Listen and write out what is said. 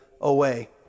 away